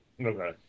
Okay